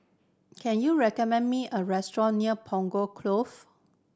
can you recommend me a restaurant near Punggol Cove